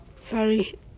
Sorry